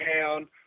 town